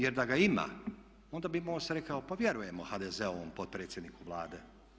Jer da ga ima onda bi MOST rekao pa vjerujemo HDZ-ovom potpredsjedniku Vlade.